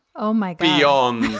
oh, might be on these.